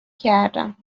کردم